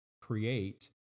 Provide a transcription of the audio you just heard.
create